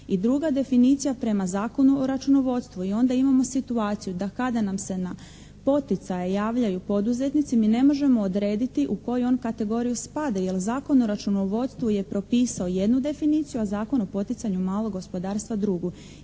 i druga definicija prema Zakonu o računovodstvu, i onda imamo situaciju da kada nam se na poticaje javljaju poduzetnici mi ne možemo odrediti u koju on kategoriju spada jer Zakon o računovodstvu je propisao jednu definiciju a Zakon o poticanju malog gospodarstva drugu.